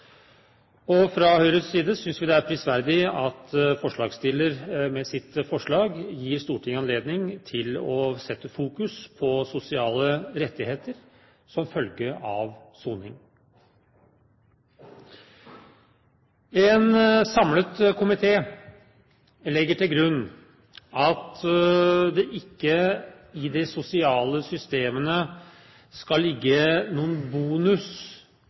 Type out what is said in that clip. statsborger. Fra Høyres side synes vi det er prisverdig at forslagsstillerne med sitt forslag gir Stortinget anledning til å sette fokus på sosiale rettigheter som følge av soning. En samlet komité legger til grunn at det ikke i de sosiale systemene skal ligge noen ekstra bonus